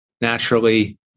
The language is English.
naturally